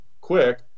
quick